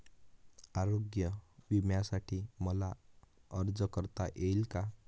आरोग्य विम्यासाठी मला अर्ज करता येईल का?